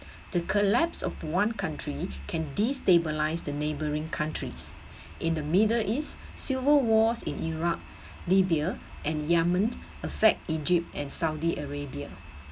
the collapse of one country can destabilise the neighboring countries in the middle east civil wars in iraq libya and yemen effect egypt and saudi arabia